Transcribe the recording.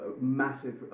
massive